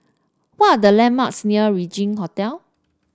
what are the landmarks near Regin Hotel